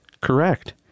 correct